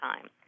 time